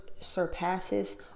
surpasses